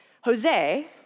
Jose